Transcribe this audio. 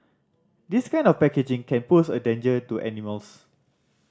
this kind of packaging can pose a danger to animals